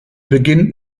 beginnt